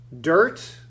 Dirt